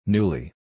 Newly